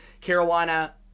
Carolina